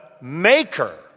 maker